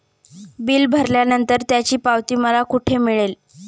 Bill भरल्यानंतर त्याची पावती मला कुठे मिळेल?